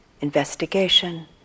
investigation